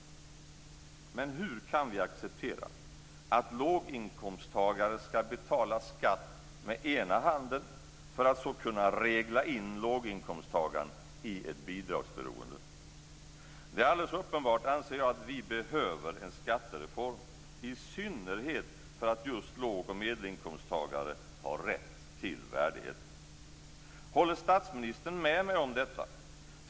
Men hur kan vi acceptera att låginkomsttagare ska betala skatt med ena handen för att så kunna regla in låginkomsttagaren i ett bidragsberoende? Det är alldeles uppenbart, anser jag, att vi behöver en skattereform, i synnerhet för att just låg och medelinkomsttagare har rätt till värdighet. Håller statsministern med mig om detta?